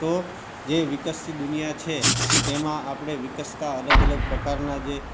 તો જે વિકસતી દુનિયા છે તેમાં આપણે વિકસતા અલગ અલગ પ્રકારના જે